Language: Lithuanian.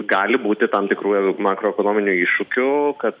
gali būti tam tikrų makroekonominių iššūkių kad